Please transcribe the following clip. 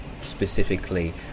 specifically